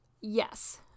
Yes